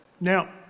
Now